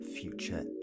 future